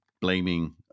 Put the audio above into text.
blaming